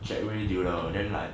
健伟 dealer then like